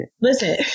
Listen